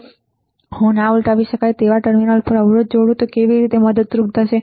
તેથી જો હું ના ઉલટાવી શકાય ટર્મિનલ પર અવરોધ જોડું તો તે કેવી રીતે મદદરૂપ થાય છે